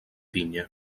pinya